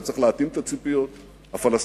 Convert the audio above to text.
וצריך להתאים את הציפיות לפלסטינים.